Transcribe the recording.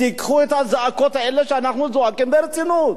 תיקחו את הזעקות האלה שאנחנו זועקים ברצינות.